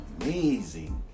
Amazing